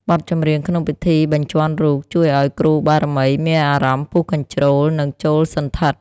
បទចម្រៀងក្នុងពិធីបញ្ជាន់រូប ជួយឱ្យគ្រូបារមីមានអារម្មណ៍ពុះកញ្ជ្រោល និងចូលសណ្ឋិត។